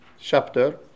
chapter